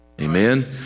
amen